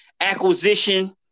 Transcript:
acquisition